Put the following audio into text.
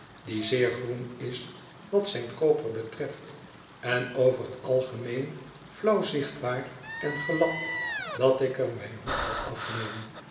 die zeer groen is wat zijn koper betreft en over t algemeen flauw zichtbaar en gelapt dat ik er mijn hoed voor afneem